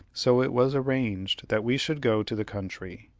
so it was arranged that we should go to the country.